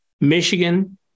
Michigan